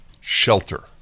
shelter